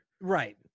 right